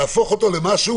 להפוך אותו למשהו